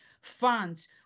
funds